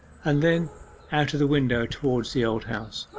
and then out of the window towards the old house.